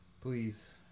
please